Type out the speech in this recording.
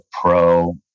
Pro